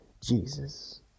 Jesus